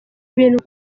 ibintu